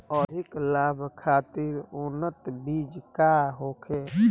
अधिक लाभ खातिर उन्नत बीज का होखे?